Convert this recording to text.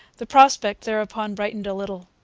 the prospect thereupon brightened a little.